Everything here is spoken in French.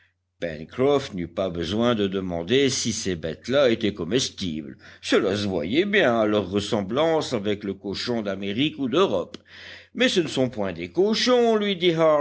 n'eut pas besoin de demander si ces bêtes-là étaient comestibles cela se voyait bien à leur ressemblance avec le cochon d'amérique ou d'europe mais ce ne sont point des cochons lui dit